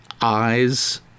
eyes